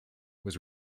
was